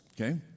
Okay